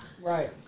right